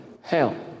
hell